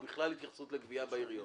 או בכלל התייחסות לגבייה בעיריות?